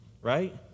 right